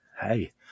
hey